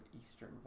Eastern